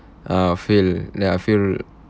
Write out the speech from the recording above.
uh fail then I feel